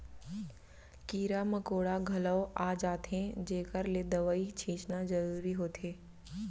कीरा मकोड़ा घलौ आ जाथें जेकर ले दवई छींचना जरूरी होथे